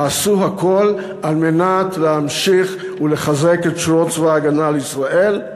עשו הכול על מנת להמשיך ולחזק את שורות צבא ההגנה לישראל,